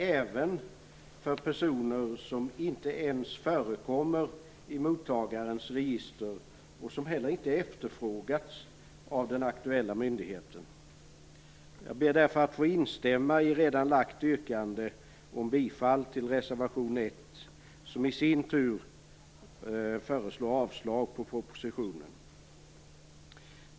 även för personer som inte ens förekommer i mottagarens register och som heller inte efterfrågats av den aktuella myndigheten. Jag ber därför att få instämma i redan lagt yrkande om bifall till reservation 1, som i sin tur innebär avslag på propositionen.